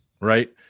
right